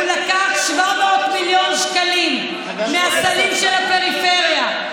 הוא לקח 700 מיליון שקלים מהסלים של הפריפריה.